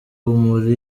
muri